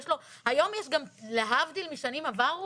היום יש גם, להבדיל משנים עברו,